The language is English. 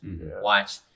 watch